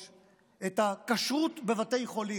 את הכשרות בבתי חולים או בצה"ל?